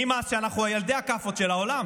נמאס שאנחנו ילדי הכאפות של העולם.